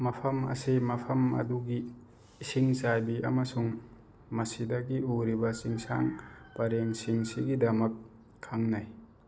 ꯃꯐꯝ ꯑꯁꯤ ꯃꯐꯝ ꯑꯗꯨꯒꯤ ꯏꯁꯤꯡ ꯆꯥꯏꯕꯤ ꯑꯃꯁꯨꯡ ꯃꯁꯤꯗꯒꯤ ꯎꯔꯤꯕ ꯆꯤꯡꯁꯥꯡ ꯄꯔꯦꯡꯁꯤꯡ ꯁꯤꯒꯤꯗꯃꯛ ꯈꯪꯅꯩ